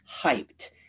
hyped